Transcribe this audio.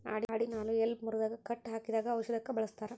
ಆಡಿನ ಹಾಲು ಎಲಬ ಮುರದಾಗ ಕಟ್ಟ ಹಾಕಿದಾಗ ಔಷದಕ್ಕ ಬಳಸ್ತಾರ